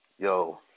Yo